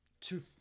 two